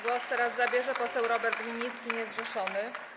Głos teraz zabierze poseł Robert Winnicki, niezrzeszony.